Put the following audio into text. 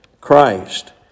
Christ